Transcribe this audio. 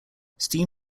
steam